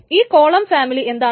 ഈ column family എന്താണ്